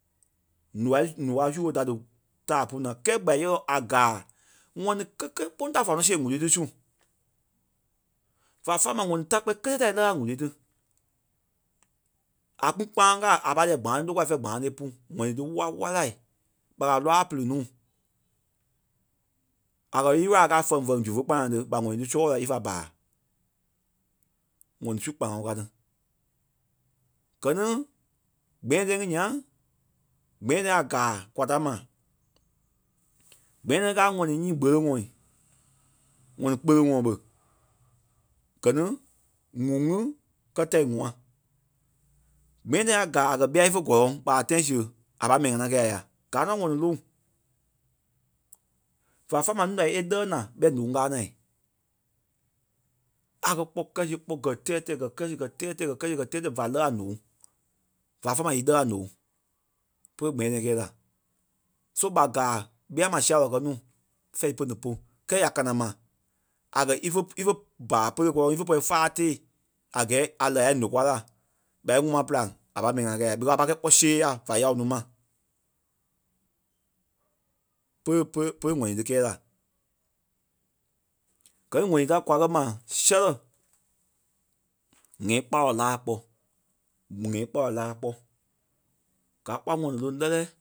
ǹóa- ǹóa su ɓé da dí taa pú naa. Kɛɛ gbayɔlɔ a gáa ŋɔni kékelee kpîŋ ta fa ŋɔnɔ see ŋ̀úrui ti su. Va faa ma ŋɔni ta kpɛni kélee ta e lɛɣɛ a ŋ̀úrui ti. A kpîŋ kpãaŋ káa a pâi lɛɛ gbãaŋ ti lókwa fɛ̂ɛ gbãaŋ ti e pú. ŋɔni ti wa walaa. ɓa kɛ́ a lɔɓa pili nuu, a kɛ̀ í lɔɓa káa fɛŋ-fɛŋ zu fé gbanaŋ ti ɓa ŋ̀ɔnii ti sɔ̂ɔ la ífa baa. ŋɔni su kpanaŋɔɔ kaa ti. Gɛ ni gbɛɛ-tɛ̃ɛ ŋí nyaŋ. Gbɛɛ-tɛ̃ɛ a gáa kwaa ta ma. Gbɛɛ-tɛ̃ɛ káa a ŋɔni nyii gbelêŋɔɔ. ŋɔni gbelêŋɔɔ ɓe. Gɛ ni ŋuŋ ŋí kɛtɛi ŋua. Gbɛɛ-tɛ̃ɛ a gaa a kɛ̀ ɓîa ífe gɔlɔŋ ɓa tãi siɣe a pâi mɛni ŋánaa kɛi a ya. Gáa nɔ ŋɔni loŋ. Va faa ma núu da e lɛɣɛ naa ɓɛ ǹóŋ kaa naa. A kɛ̀ kpɔ́ kirɛ siɣe kpɔ́ gɛ́ tɛɛ-tɛɛ gɛ́ kirɛ siɣe gɛ́ tɛɛ-tɛɛ gɛ́ kirɛ siɣe gɛ́ tɛɛ-tɛɛ va lɛɣɛ a ǹóŋ. Va faa ma í lɛɣɛ a ǹóŋ. Pere gbɛɛ-tɛ̃ɛ kɛɛ la. So ɓa gaa ɓîa maa sia woo kɛ́ núu fɛ̂ɛ í pene polu. Kɛɛ ya kànaŋ maa a kɛ̀ ífe ífe baa pere kɔlɔŋ ífe pɔri fáai tée a gɛɛ a lɛɣɛ a ya nòkwa la ɓa íŋuŋ ma pîlaŋ a pâi mɛni ŋánaa kɛi a ya because a pai kɛi kpɔ́ see ya va yao nuu ma. Pere pere pere wɔ̀ ti kɛɛ la. Gɛ ni ŋɔni ta kwa kɛ̀ maa sɛ̂rɛ ŋ̀ɛ́i kpawɔ laa kpɔ mu- ŋ̀ɛ́i kpáwɔ laa kpɔ. Gaa kpɔ́ a ŋɔni loŋ lɛ́lɛ